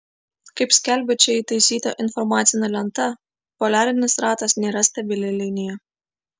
kaip skelbia čia įtaisyta informacinė lenta poliarinis ratas nėra stabili linija